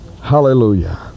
Hallelujah